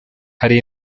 hari